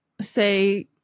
say